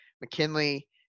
McKinley